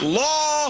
law